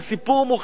הוא סיפור מוחשי,